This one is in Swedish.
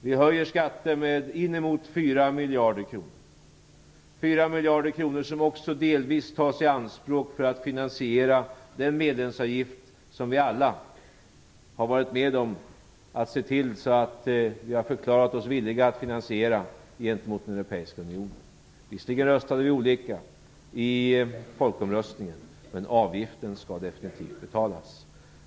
Vi höjer skatter med uppemot 4 miljarder kronor; pengar som också delvis tas i anspråk för att finansiera den medlemsavgift som vi alla varit med och förklarat oss villiga att finansiera gentemot den europeiska unionen. Visserligen röstade vi olika i folkomröstningen, men avgiften skall definitivt betalas.